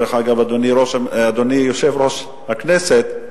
אדוני יושב-ראש הכנסת,